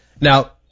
Now